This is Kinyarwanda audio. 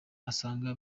asanga